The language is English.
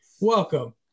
Welcome